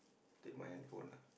take my handphone lah